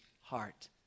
heart